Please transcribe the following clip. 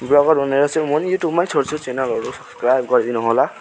bagger हुने र चाहिँ म पनि युट्युबमै छोड्छु च्यानलहरू लाइक गरिदिनु होला